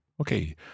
Okay